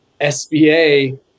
SBA